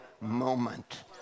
moment